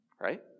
right